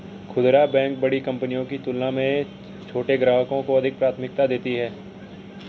खूदरा बैंक बड़ी कंपनियों की तुलना में छोटे ग्राहकों को अधिक प्राथमिकता देती हैं